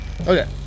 Okay